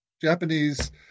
Japanese